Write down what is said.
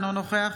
אינו נוכח